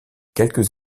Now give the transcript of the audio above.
quelques